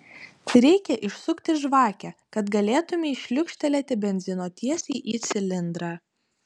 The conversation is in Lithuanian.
reikia išsukti žvakę kad galėtumei šliukštelėti benzino tiesiai į cilindrą